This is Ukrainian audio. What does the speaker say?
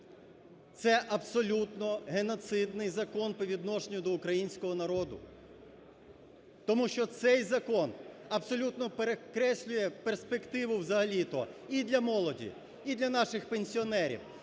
Це абсолютно геноцидний закон по відношенню до українського народу, тому що цей закон абсолютно перекреслює перспективу взагалі-то і для молоді, і для наших пенсіонерів.